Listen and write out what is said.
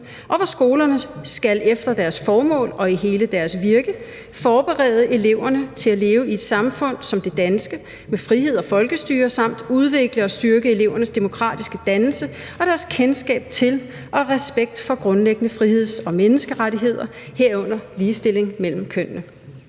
og hvor skolerne efter deres formål og i hele deres virke skal forberede eleverne til at leve i et samfund som det danske med frihed og folkestyre samt udvikle og styrke elevernes demokratiske dannelse og deres kendskab til og respekt for grundlæggende friheds- og menneskerettigheder, herunder ligestilling mellem kønnene.